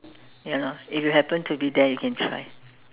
ya lor if you happen to be there you can try